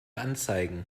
anzeigen